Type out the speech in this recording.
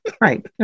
right